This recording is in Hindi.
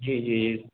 जी जी ये